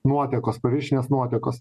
nuotekos paviršinės nuotekos